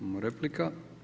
Imamo preplika.